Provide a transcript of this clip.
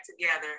together